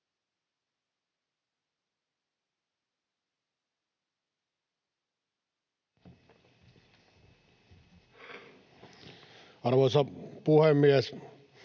Arvoisa puhemies!